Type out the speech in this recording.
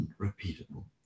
unrepeatable